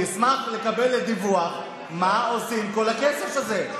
אני אשמח לקבל דיווח מה עושים עם כל הכסף הזה.